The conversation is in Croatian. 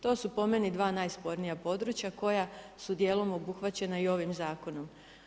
To su po meni dva najspornija područja koja su dijelom obuhvaćena i ovim zakonom.